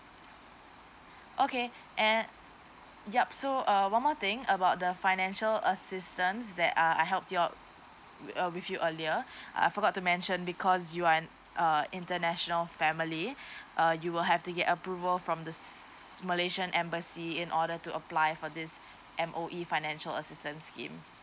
okay and yup so uh one more thing about the financial assistance that uh I help you out uh with you earlier I forgot to mention because you are uh international family uh you will have to get approval from the malaysian embassy in order to apply for this M_O_E financial assistant scheme